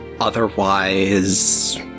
Otherwise